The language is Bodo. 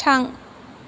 थां